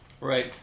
Right